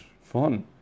fun